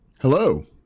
Hello